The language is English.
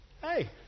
Hey